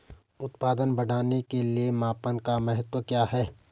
उत्पादन बढ़ाने के मापन का महत्व क्या है?